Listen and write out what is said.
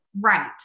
Right